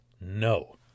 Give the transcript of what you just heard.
No